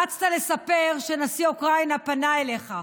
רצת לספר שנשיא אוקראינה פנה אליך,